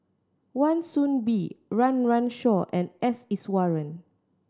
Wan Soon Bee Run Run Shaw and S Iswaran